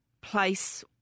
place